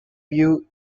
view